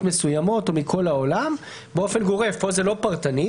מסוימות או מכל העולם באופן גורף פה זה לא פרטני,